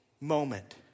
moment